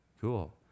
cool